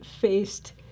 faced